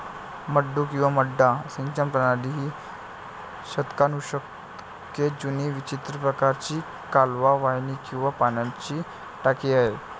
मड्डू किंवा मड्डा सिंचन प्रणाली ही शतकानुशतके जुनी विचित्र प्रकारची कालवा वाहिनी किंवा पाण्याची टाकी आहे